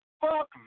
Fuck